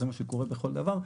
זה מה שקורה בכל דבר.